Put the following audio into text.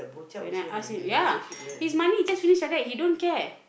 when I ask him ya his money just finish like that he don't care